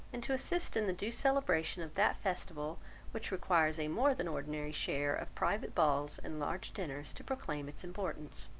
and to assist in the due celebration of that festival which requires a more than ordinary share of private balls and large dinners to proclaim its importance.